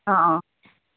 অঁ অঁ